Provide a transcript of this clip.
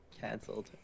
cancelled